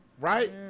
Right